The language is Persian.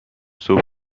صبح